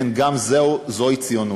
כן, גם זוהי ציונות.